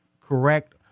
correct